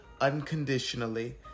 unconditionally